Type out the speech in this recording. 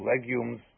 legumes